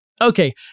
Okay